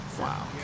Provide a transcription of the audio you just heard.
Wow